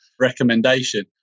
recommendation